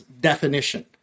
definition